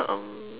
uh um